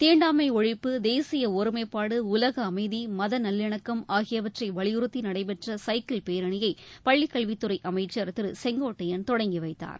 தீண்டாமை ஒழிப்பு தேசிய ஒருமைப்பாடு உலக அமைதி மத நல்லிணக்கம் ஆகியவற்றை வலியுறுத்தி நடைபெற்ற சைக்கிள் பேரணியை பள்ளிக்கல்வித்துறை அமைச்சர் திரு செங்கோட்டையன் தொடங்கிவைத்தார்